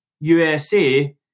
USA